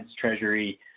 treasury